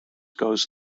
goes